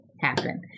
happen